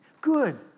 Good